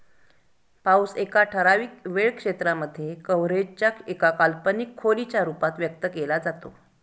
पाऊस एका ठराविक वेळ क्षेत्रांमध्ये, कव्हरेज च्या एका काल्पनिक खोलीच्या रूपात व्यक्त केला जातो